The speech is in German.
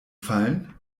fallen